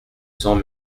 cents